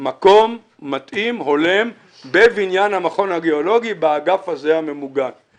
מקום מתאים והולם בבניין המכון הגיאולוגי באגף הממוגן הזה.